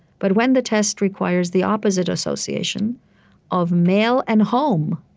but when the test requires the opposite association of male and home,